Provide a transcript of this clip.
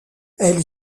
elle